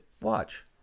watch